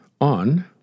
on